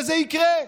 וזה יקרה.